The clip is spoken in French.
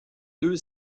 deux